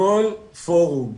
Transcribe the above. כל פורום,